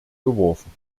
geworfen